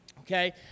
Okay